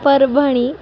Parbhani